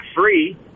free